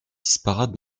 disparate